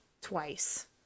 twice